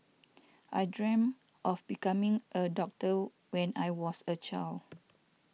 I dreamt of becoming a doctor when I was a child